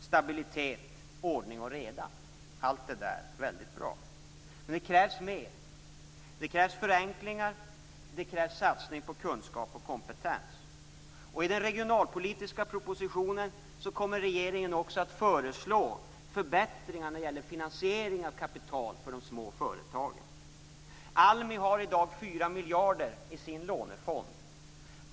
Stabilitet, ordning och reda - allt det där är väldigt bra. Men det krävs mer. Det krävs förenklingar, och det krävs satsning på kunskap och kompetens. I den regionalpolitiska propositionen kommer regeringen också att föreslå förbättringar när det gäller finansiering av kapital för de små företagen. ALMI har i dag 4 miljarder i sin lånefond.